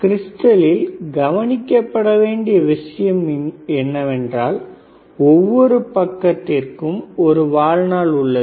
கிரிஸ்டலில் கவனிக்க வேண்டிய இன்னொரு விஷயம் ஒவ்வொரு பக்கத்திற்கும் ஒரு வாழ்நாள் உள்ளது